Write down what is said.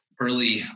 early